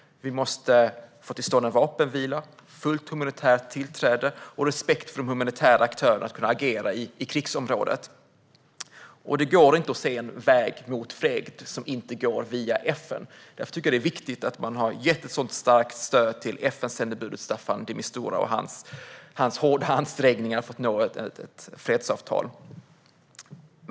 Vi måste få till stånd en vapenvila med fullt humanitärt tillträde och med respekt för de humanitära aktörer som agerar i krigsområdet. Det går inte att se en väg till fred som inte går via FN. Därför tycker jag att det är viktigt att man har gett ett så starkt stöd till FN-sändebudet Staffan de Mistura och hans hårda ansträngningar för att nå ett fredsavtal.